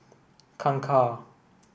Kangkar